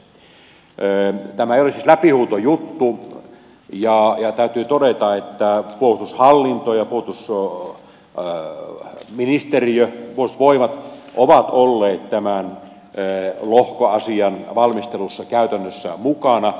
tämä ei ole siis läpihuutojuttu ja jättäytyy tuuli taittaa kun hallinto täytyy todeta että puolustushallinto ja puolustusministeriö puolustusvoimat ovat olleet tämän lohkoasian valmistelussa käytännössä mukana